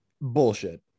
bullshit